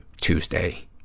Tuesday